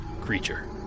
Creature